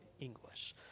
English